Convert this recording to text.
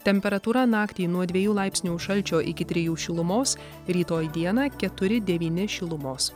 temperatūra naktį nuo dviejų laipsnių šalčio iki trijų šilumos rytoj dieną keturi devyni šilumos